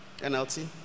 NLT